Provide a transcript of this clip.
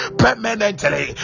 permanently